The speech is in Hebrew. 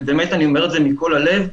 ובאמת אני אומר את זה מכל הלב,